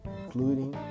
including